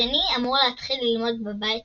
השני אמור להתחיל ללמוד בבית